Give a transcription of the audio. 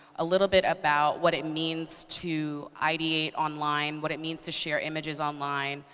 a little bit about what it means to ideate online, what it means to share images online,